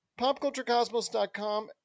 PopCultureCosmos.com